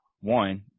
one